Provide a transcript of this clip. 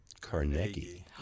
Carnegie